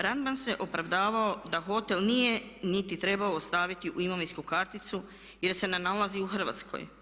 Radman se opravdavao da hotel nije niti trebao ostaviti u imovinsku karticu jer se ne nalazi u Hrvatskoj.